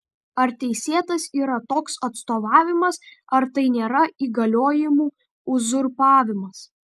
ar teisėtas yra toks atstovavimas ar tai nėra įgaliojimų uzurpavimas